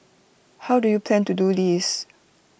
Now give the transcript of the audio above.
how do you plan to do this